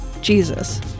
Jesus